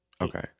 Okay